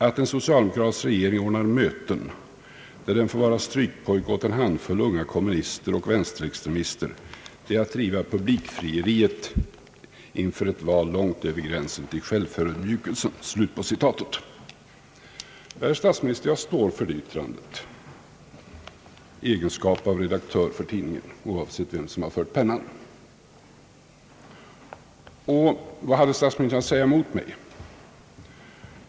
Att en socialdemokratisk regering ordnar möten, där den får vara strykpojke åt en handfull unga kommunister och vänsterextremister — det är att driva publikfrieriet inför ett val långt över gränsen till självförödmjukelsen.» Ja, herr statsminister, jag står för det yttrandet i egenskap av redaktör för tidningen, oavsett vem som fört pennan. Och vad hade statsministern att anföra mot mig?